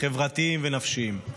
חברתיים ונפשיים.